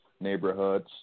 neighborhoods